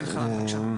כן חנן, בבקשה.